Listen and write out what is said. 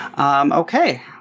Okay